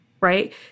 right